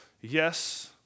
yes